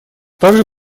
также